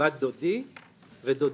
בת דודי ודודי,